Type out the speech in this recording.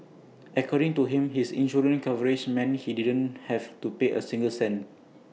according to him his insurance coverage meant he didn't have to pay A single cent